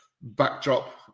backdrop